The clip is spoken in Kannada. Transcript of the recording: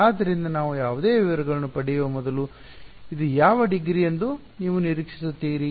ಆದ್ದರಿಂದ ನಾವು ಯಾವುದೇ ವಿವರಗಳನ್ನು ಪಡೆಯುವ ಮೊದಲು ಇದು ಯಾವ ಡಿಗ್ರಿ ಎಂದು ನೀವು ನಿರೀಕ್ಷಿಸುತ್ತೀರಿ